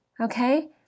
okay